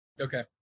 Okay